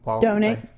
Donate